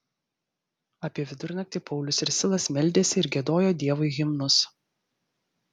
apie vidurnaktį paulius ir silas meldėsi ir giedojo dievui himnus